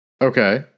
Okay